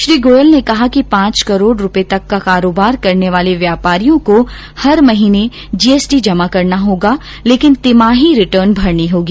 श्री गोयल ने कहा कि पांच करोड़ रुपये तक का कारोबार करने वाले व्यापारियों को हर महीने जीएसटी जमा करना होगा लेकिन तिमाही रिटर्न भरनी होगी